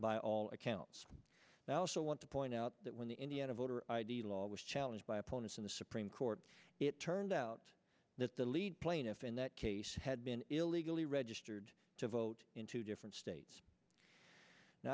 by all accounts now also want to point out that when the indiana voter id law was challenged by opponents in the supreme court it turned out that the lead plaintiff in that case had been illegally registered to vote in two different states